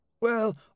Well